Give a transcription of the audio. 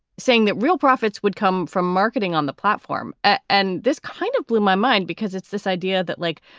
saying that real profits would come from marketing on the platform. and this kind of blew my mind because it's this idea that like,